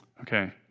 Okay